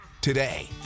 today